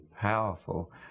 powerful